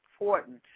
important